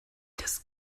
das